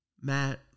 Matt